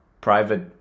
private